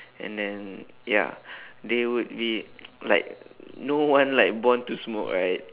and then ya they would be like no one like born to smoke right